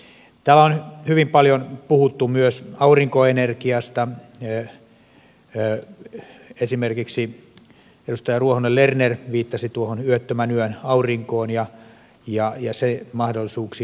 täällä on hyvin paljon puhuttu myös aurinkoenergiasta esimerkiksi edustaja ruohonen lerner viittasi yöttömän yön aurinkoon ja sen mahdollisuuksiin